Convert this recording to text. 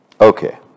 Okay